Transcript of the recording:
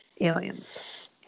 aliens